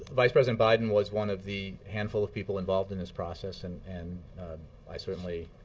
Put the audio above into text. vice president biden was one of the handful of people involved in this process, and and i certainly